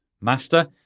master